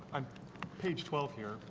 on page twelve here,